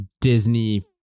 Disney